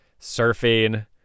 surfing